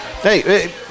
hey